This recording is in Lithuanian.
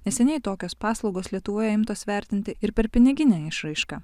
neseniai tokios paslaugos lietuvoje imtos vertinti ir per piniginę išraišką